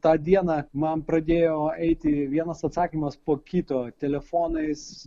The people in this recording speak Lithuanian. tą dieną man pradėjo eiti vienas atsakymas po kito telefonais